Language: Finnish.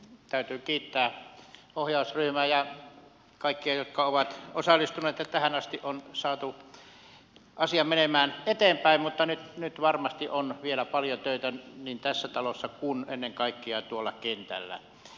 täytyy kiittää ohjausryhmää ja kaikkia jotka ovat osallistuneet niin että tähän asti on saatu asia menemään eteenpäin mutta nyt varmasti on vielä paljon töitä niin tässä talossa kuin ennen kaikkea tuolla kentällä